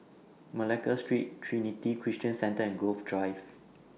Malacca Street Trinity Christian Centre and Grove Drive